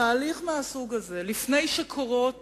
תהליך מהסוג הזה, לפני שקורות